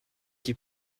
qui